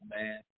man